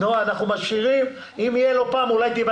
אולי היית